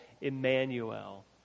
Emmanuel